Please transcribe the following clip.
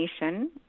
nation